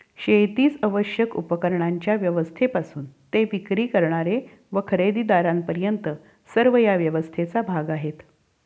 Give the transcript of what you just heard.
शेतीस आवश्यक उपकरणांच्या व्यवस्थेपासून ते विक्री करणारे व खरेदीदारांपर्यंत सर्व या व्यवस्थेचा भाग आहेत